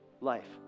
life